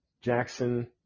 jackson